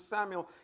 Samuel